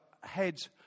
heads